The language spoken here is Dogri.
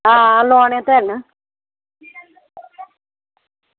आं लोआनै ते हैन न